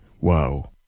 Wow